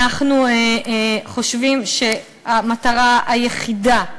אנחנו חושבים שהמטרה היחידה,